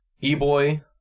E-boy